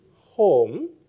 home